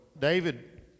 David